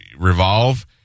revolve